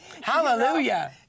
Hallelujah